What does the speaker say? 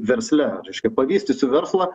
versle reiškia pavystysiu verslą